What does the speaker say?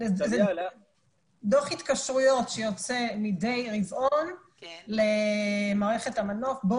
זה דוח התקשרויות שיוצא מדי רבעון למערכת המנו"ף בה